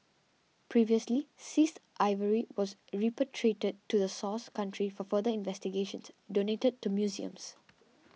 previously seized ivory was repatriated to the source country for further investigations donated to museums